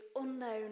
unknown